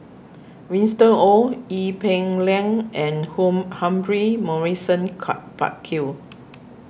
Winston Oh Ee Peng Liang and Hong Humphrey Morrison car Burkill